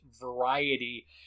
variety